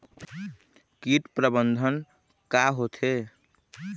कीट प्रबंधन का होथे?